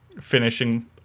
finishing